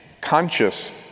conscious